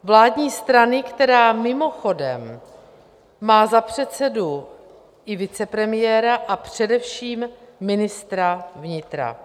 Vládní strany, která mimochodem má za předsedu i vicepremiéra a především ministra vnitra.